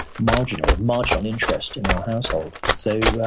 marginal, marginal interest in our household. so